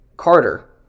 Carter